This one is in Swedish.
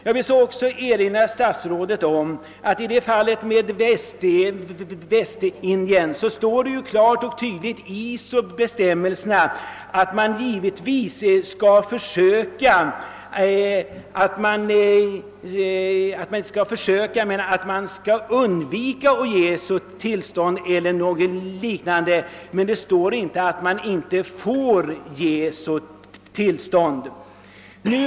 Jag vill också erinra statsrådet om att enligt bestämmelserna luftfartsmyndigheten visserligen skall vara restriktiv med att ge tillstånd till charterflygningar, men det står inte att man inte får ge tillstånd.